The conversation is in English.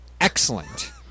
excellent